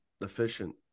efficient